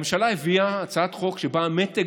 הממשלה הביאה הצעת חוק שבה המתג,